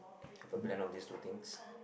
have a blend of these two things